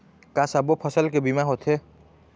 का सब्बो फसल के बीमा होथे?